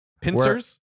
pincers